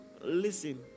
listen